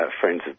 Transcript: Friends